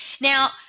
Now